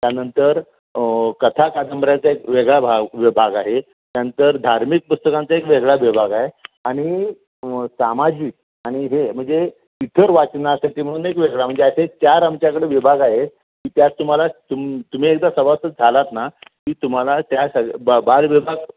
त्यानंतर कथा कादंबऱ्यांचा एक वेगळा भाग विभाग आहे त्यानंतर धार्मिक पुस्तकांचा एक वेगळा विभाग आहे आणि सामाजिक आणि हे म्हणजे इतर वाचनासाठी म्हणून एक वेगळा म्हणजे असे चार आमच्याकडे विभाग आहे की त्यात तुम्हाला तुम तुम्ही एकदा सभासद झालात ना की तुम्हाला त्या सग ब बालविभाग